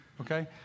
Okay